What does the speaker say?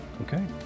Okay